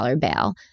bail